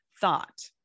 thought